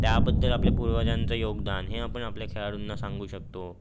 त्याबद्दल आपले पूर्वजांचं योगदान हे आपण आपल्या खेळाडूंना सांगू शकतो